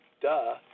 duh